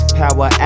power